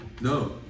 No